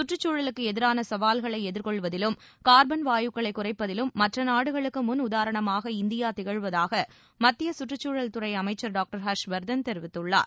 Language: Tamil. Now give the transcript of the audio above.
கற்றுக்குழலுக்கு எதிரான சவால்களை எதிர்கொள்வதிலும் கார்பன் வாயுக்களை குறைப்பதிலும் மற்ற நாடுகளுக்கு முன் உதாரணமாக இந்தியா திகழ்வதாக மத்திய கற்றுக்சூழல் துறை அமைச்சர் டாக்டர் ஹர்ஷவர்தன் தெரிவித்தள்ளார்